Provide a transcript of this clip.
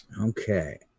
okay